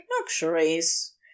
luxuries